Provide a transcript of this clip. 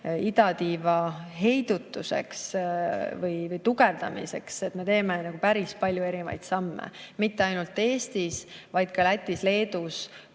idatiival heidutuseks või idatiiva tugevdamiseks – me teeme ju päris palju erinevaid samme mitte ainult Eestis, vaid ka Lätis, Leedus,